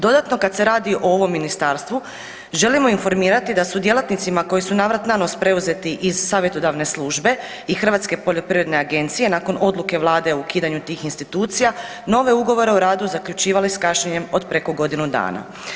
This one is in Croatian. Dodatno kad se radi o ovom ministarstvu želimo informirati da su djelatnicima koji su navrat nanos preuzeti iz savjetodavne službe i Hrvatske poljoprivredne agencije nakon odluke vlade o ukidanju tih institucija nove Ugovore o radu zaključivali s kašnjenjem od preko godinu dana.